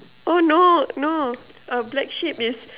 oh no no uh black sheep is